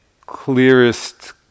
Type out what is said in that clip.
clearest